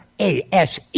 ASE